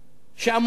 שאמורים